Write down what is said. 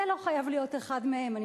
זה לא חייב להיות אחד מהם.